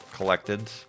collected